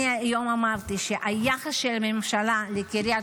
אני היום אמרתי שהיחס של הממשלה לקריית